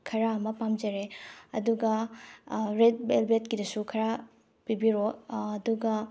ꯈꯔ ꯑꯃ ꯄꯥꯝꯖꯔꯦ ꯑꯗꯨꯒ ꯔꯦꯗ ꯕꯦꯜꯕꯦꯗꯀꯤꯗꯁꯨ ꯈꯔ ꯄꯤꯕꯤꯔꯛꯑꯣ ꯑꯗꯨꯒ